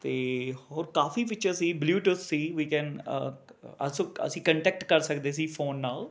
ਅਤੇ ਹੋਰ ਕਾਫੀ ਫੀਚਰ ਸੀ ਬਲਿਉਟੁਥ ਸੀ ਵੀ ਕੈਨ ਅਸੀਂ ਕੰਟੈਕਟ ਕਰ ਸਕਦੇ ਸੀ ਫੋਨ ਨਾਲ